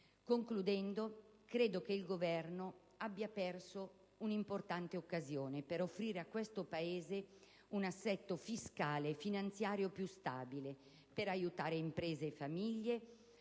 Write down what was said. Concludendo, ritengo che il Governo abbia perso un'importante occasione per offrire al Paese un assetto fiscale e finanziario più stabile, per aiutare imprese e famiglie,